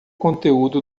conteúdo